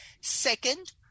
second